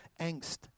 angst